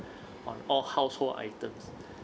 on all household items